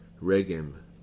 Regem